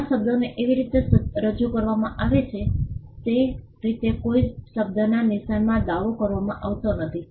આ શબ્દોને કેવી રીતે રજૂ કરવામાં આવે છે તે રીતે કોઈ શબ્દના નિશાનમાં દાવો કરવામાં આવતો નથી